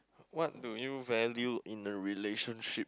what do you value in a relationship